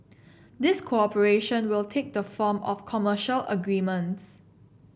this cooperation will take the form of commercial agreements